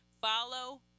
Follow